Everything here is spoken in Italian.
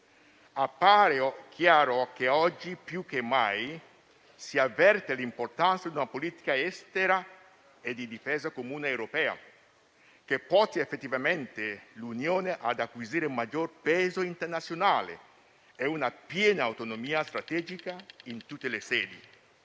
Appare chiaro che, oggi più che mai, si avverte l'importanza di una politica estera e di difesa comune europea, che porti effettivamente l'Unione ad acquisire maggior peso internazionale e una piena autonomia strategica in tutte le sedi.